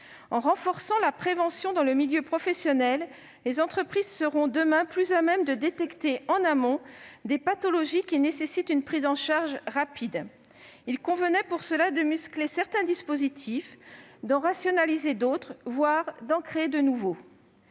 En renforçant la prévention dans le milieu professionnel, les entreprises seront demain plus à même de détecter en amont des pathologies qui nécessitent une prise en charge rapide. Il convenait pour cela de muscler certains dispositifs, d'en rationaliser d'autres, voire d'en créer de nouveaux.